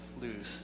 lose